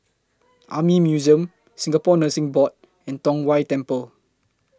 Army Museum Singapore Nursing Board and Tong Whye Temple